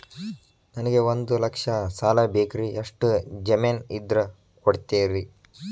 ನನಗೆ ಒಂದು ಲಕ್ಷ ಸಾಲ ಬೇಕ್ರಿ ಎಷ್ಟು ಜಮೇನ್ ಇದ್ರ ಕೊಡ್ತೇರಿ?